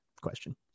question